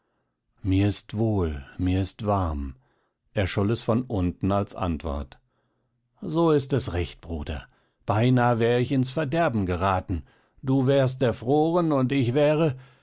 mir ist wohl mir ist warm erscholl es von unten als antwort so ist es recht bruder beinah wäre ich ins verderben geraten du wärest erfroren und ich wäre